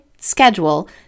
schedule